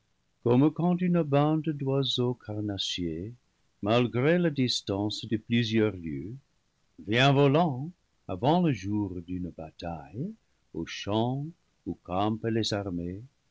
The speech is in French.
comme quand une bande d'oiseaux carnassiers malgré la distance de plusieurs lieues vient volant avant le jour d'une bataille au champ où campent les armées